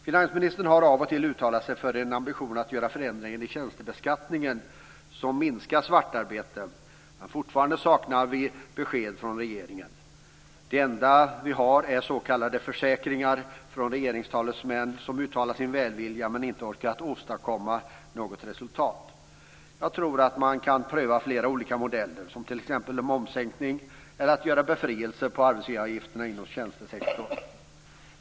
Finansministern har av och till uttalat sig för en ambition att göra förändringar i tjänstebeskattningen som minskar svartarbetena, men fortfarande saknar vi besked från regeringen. Det enda vi har är s.k. försäkringar från regeringstalesmän som uttalar sin välvilja men inte orkat åstadkomma något resultat. Jag tror att man kan pröva flera olika modeller, som t.ex. momssänkning eller befrielse från arbetsgivaravgifter inom tjänstesektorn.